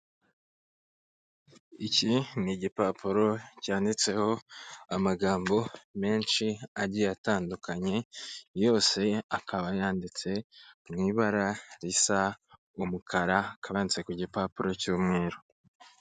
Iki ni igipapuro cyanditseho amagambo menshi agiye atandukanye, yose akaba yanditse mu ibara risa n'umukara, akaba yanditse ku gipapuro cy'umweru.